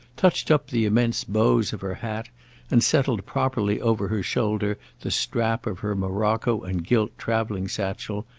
touched up the immense bows of her hat and settled properly over her shoulder the strap of her morocco-and-gilt travelling-satchel,